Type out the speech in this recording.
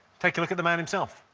take a look at the man himself.